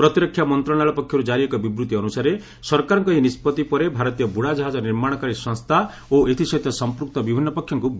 ପ୍ରତିରକ୍ଷା ମନ୍ତ୍ରଣାଳୟ ପକ୍ଷରୁ ଜାରି ଏକ ବିବୃତ୍ତି ଅନୁସାରେ ସରକାରଙ୍କ ଏହି ନିଷ୍ପଭି ପରେ ଭାରତୀୟ ବୁଡ଼ାଜାହାଜ ନିର୍ମାଣକାରୀ ସଂସ୍ଥା ଓ ଏଥିସହିତ ସମ୍ପୁକ୍ତ ବିଭିନ୍ନ ପକ୍ଷଙ୍କୁ ବିଶେଷ ଲାଭ ମିଳିବ